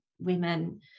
women